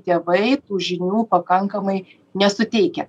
tėvai tų žinių pakankamai nesuteikia